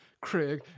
Craig